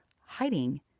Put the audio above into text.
hiding